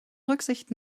rücksicht